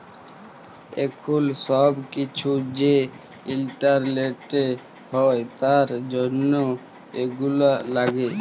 এখুল সব কিসু যে ইন্টারলেটে হ্যয় তার জনহ এগুলা লাগে